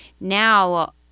now